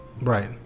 Right